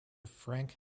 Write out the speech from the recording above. frank